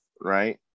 right